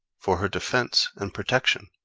for her defense and protection,